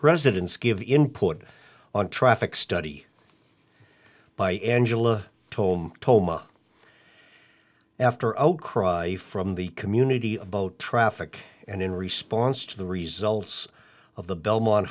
residents give input on traffic study by engine told toma after outcry from the community of boat traffic and in response to the results of the belmont